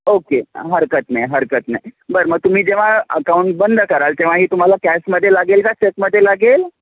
okay हरकत नाही हरकत नाही बरं मग तुम्ही जेव्हा अकाऊंट बंद कराल तेव्हाही तुम्हाला कॅशमध्ये लागेल का चेकमध्ये लागेल